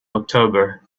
october